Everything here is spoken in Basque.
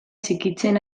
txikitzen